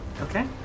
Okay